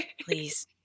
please